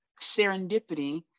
serendipity